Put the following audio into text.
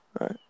Right